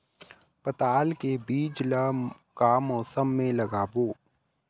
पताल के बीज ला का मौसम मे लगाबो?